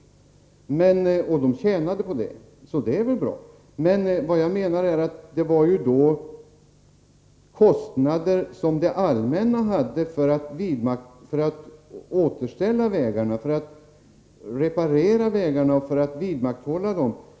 Det tjänade näringslivet på, och det var ju bra, men jag menar att det därmed uppkom kostnader för det allmänna för att återställa vägarna, reparera dem och vidmakthålla dem.